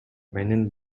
менин